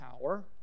power